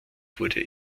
wurde